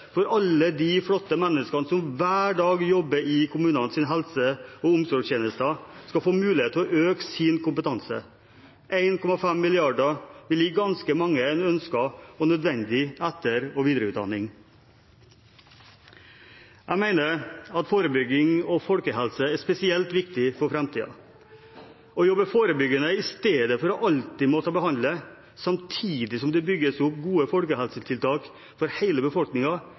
at alle de flotte menneskene som hver dag jobber i kommunenes helse- og omsorgstjenester, skal få mulighet til å øke sin kompetanse. 1,5 mrd. kr vil gi ganske mange en ønsket og nødvendig etter- og videreutdanning. Jeg mener at forebygging og folkehelse er spesielt viktig for framtiden. Å jobbe forebyggende i stedet for alltid å måtte behandle, samtidig som det bygges opp gode folkehelsetiltak for